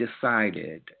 decided